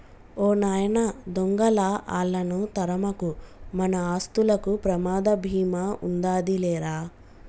ఓ నాయన దొంగలా ఆళ్ళను తరమకు, మన ఆస్తులకు ప్రమాద భీమా ఉందాది లేరా